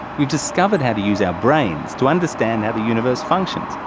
we've discovered how to use our brains to understand how the universe functions,